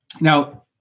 Now